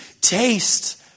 taste